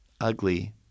ugly